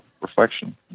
reflection